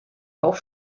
auch